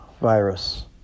virus